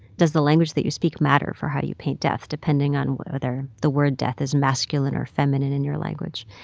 does the language that you speak matter for how you paint death, depending on whether the word death is masculine or feminine in your language?